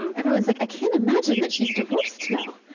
um everyone's like, i can't imagine that she's divorced now.